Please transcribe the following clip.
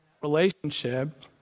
relationship